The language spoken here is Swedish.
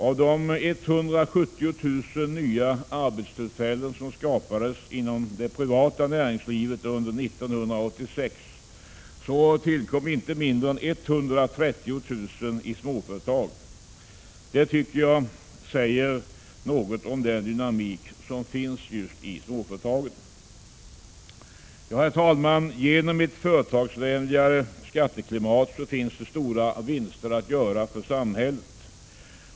Av de 170 000 nya arbetstillfällen som skapades inom det privata näringslivet under 1986 tillkom inte mindre än 130 000 i småföretag. Detta tycker jag säger nå, ot om den dynamik som finns i just småföretagen. Herr talman! Genom ett mera företagarvänligt skatteklimat finns det stora vinster att göra för samhället.